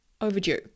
overdue